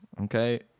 Okay